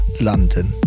London